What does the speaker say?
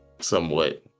somewhat